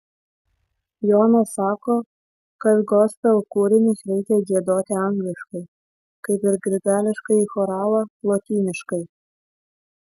jonas sako kad gospel kūrinius reikia giedoti angliškai kaip ir grigališkąjį choralą lotyniškai